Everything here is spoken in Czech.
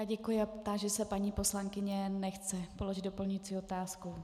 Já děkuji a táži se paní poslankyně nechce položit doplňující otázku.